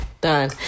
done